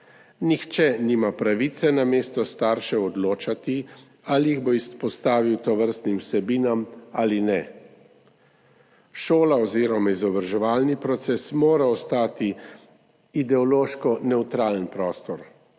Nihče nima pravice namesto staršev odločati, ali jih bo izpostavil tovrstnim vsebinam ali ne. Šola oziroma izobraževalni proces mora ostati ideološko nevtralen prostor,